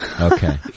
Okay